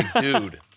Dude